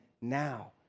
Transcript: now